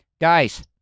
Guys